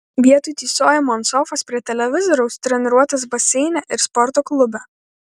vietoj tysojimo ant sofos prie televizoriaus treniruotės baseine ir sporto klube